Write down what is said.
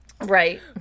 Right